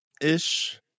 ish